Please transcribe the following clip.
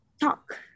talk